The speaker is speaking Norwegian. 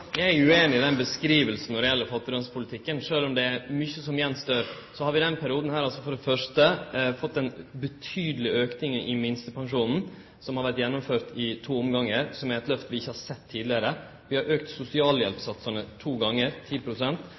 Eg er ueinig i beskrivinga av fattigdomspolitikken. Sjølv om det er mykje som står att, har vi i denne perioden fått ein betydeleg auke i minstepensjonen, som har vorte gjennomført i to omgangar, og som er eit lyft vi ikkje har sett tidlegare. Vi har auka sosialhjelpssatsane to gonger